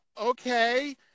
okay